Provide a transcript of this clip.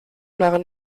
waren